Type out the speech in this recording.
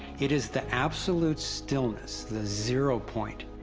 it is the absolute stillness, the zero point,